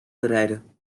bereiden